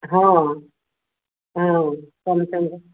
ହଁ ହଁ ସାମ୍ସଙ୍ଗ୍ର